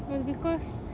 it was because